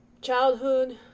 childhood